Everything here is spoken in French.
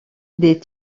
des